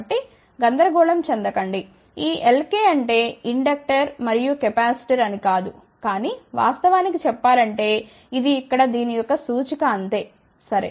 కాబట్టి గందరగోళం చెందకండి ఈ Lk అంటే ఇండక్టర్ మరియు కెపాసిటర్ అని కాదు కానీ వాస్తవానికి చెప్పాలంటే ఇది ఇక్కడ దీని యొక్క సూచిక అంతే సరే